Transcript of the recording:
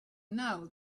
now